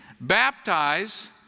baptize